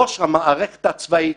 ראש המערכת הצבאית